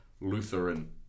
Lutheran